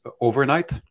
overnight